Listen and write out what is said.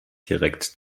direkt